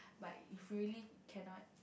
but if really cannot